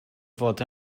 fod